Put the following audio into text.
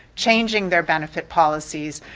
changing their benefit policies,